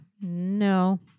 No